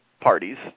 parties